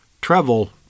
travel